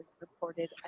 reported